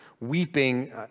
weeping